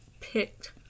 picked